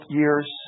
years